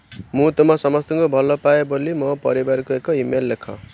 ମୁଁ ତୁମ ସମସ୍ତଙ୍କୁ ଭଲ ପାଏ ବୋଲି ମୋ ପରିବାରକୁ ଏକ ଇ ମେଲ୍ ଲେଖ